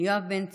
יואב בן צור,